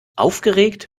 aufgeregt